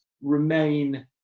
remain